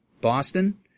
Boston